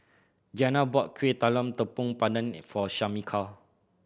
Giana bought Kueh Talam Tepong Pandan for Shamika